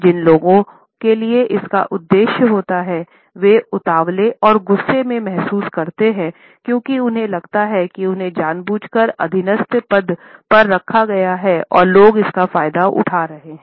जिन लोगों के लिए इसका उद्देश्य होता है वे उतावले और गुस्से में महसूस करते हैं क्योंकि उन्हें लगता है कि उन्हें जानबूझकर अधीनस्थ पद पर रखा गया है और लोग इसका फायदा उठा रहे हैं